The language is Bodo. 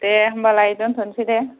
दे होमबालाय दोनथ'नोसै दे